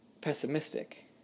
pessimistic